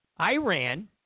Iran